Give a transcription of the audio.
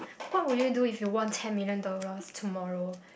what will you do if you won ten million dollars tomorrow